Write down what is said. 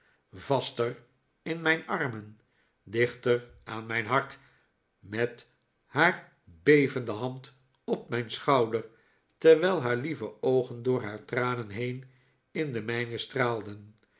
vaster in mijn armen dichter aan mijn hart met haar bevende hand op mijn schouder terwijl haar lieve oogen door haar tranen heen in de mijne straalden